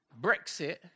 Brexit